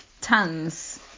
Tons